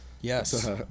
Yes